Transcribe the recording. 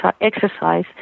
exercise